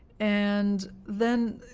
and then